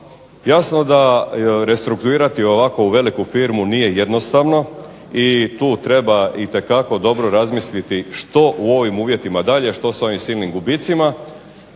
Jasno da restrukturirati jednu ovako veliku firmu nije jednostavno i tu itekako treba dobro razmisliti što u ovim uvjetima dakle, što sa ovim silnim gubicima